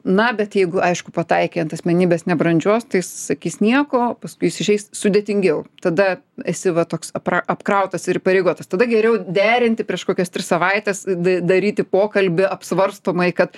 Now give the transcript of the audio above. na bet jeigu aišku pataikei ant asmenybės nebrandžios tai jis sakys nieko paskui įsižeis sudėtingiau tada esi va toks apra apkrautas ir įpareigotas tada geriau derinti prieš kokias tris savaites da daryti pokalbį apsvarstomai kad